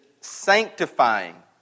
sanctifying